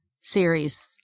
series